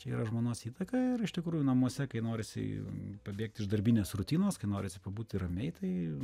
čia yra žmonos įtaka ir iš tikrųjų namuose kai norisi pabėgti iš darbinės rutinos kai norisi pabūti ramiai tai